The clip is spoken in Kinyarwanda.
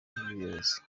y’ubuyobozi